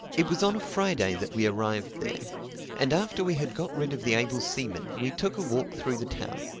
it was on a friday that we arrived there and after we had got rid of the able seaman we took a walk through the town.